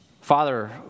Father